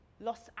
Los